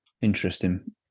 Interesting